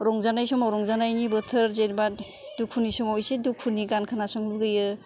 रंजानाय समाव रंजानायनि बोथोर जेन'बा दुखुनि समाव एसे दुखुनि गान खोनासंनो लुबैयो